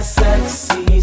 sexy